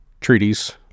treaties